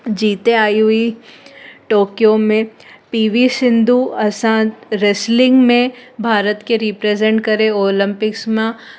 जीते आई हुई टोकियो में पी वी सिंधू असां रेस्लिंग में भारत के रिप्रेजेंट करे ओलंपिक्स मां